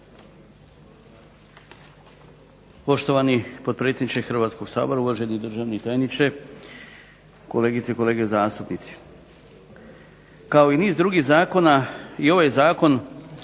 Poštovani potpredsjedniče Hrvatskoga sabora, uvaženi državni tajniče, kolegice i kolege zastupnici. Kao i niz drugih zakona i ovaj zakon